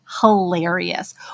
hilarious